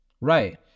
right